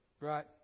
Right